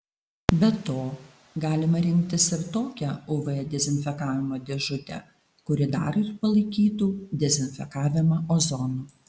be to galima rinktis ir tokią uv dezinfekavimo dėžutę kuri dar ir palaikytų dezinfekavimą ozonu